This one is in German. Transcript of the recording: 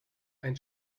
ein